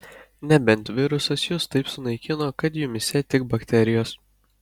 nebent virusas jus taip sunaikino kad jumyse tik bakterijos